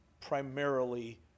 primarily